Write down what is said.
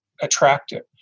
attractive